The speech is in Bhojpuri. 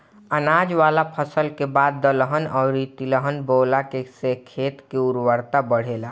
अनाज वाला फसल के बाद दलहन अउरी तिलहन बोअला से खेत के उर्वरता बढ़ेला